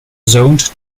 zoned